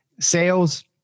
sales